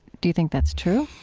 do you think that's true?